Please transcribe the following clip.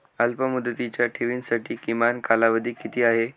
अल्पमुदतीच्या ठेवींसाठी किमान कालावधी किती आहे?